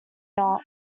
not